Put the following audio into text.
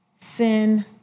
sin